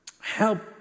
help